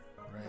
Right